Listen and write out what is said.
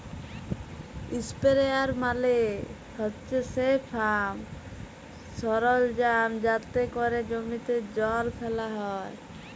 ইসপেরেয়ার মালে হছে সেই ফার্ম সরলজাম যাতে ক্যরে জমিতে জল ফ্যালা হ্যয়